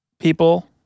People